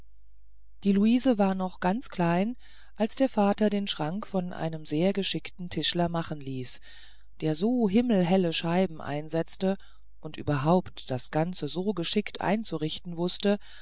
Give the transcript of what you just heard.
die luise war noch ganz klein als der vater den schrank von einem sehr geschickten tischler machen ließ der so himmelhelle scheiben einsetzte und überhaupt das ganze so geschickt einzurichten wußte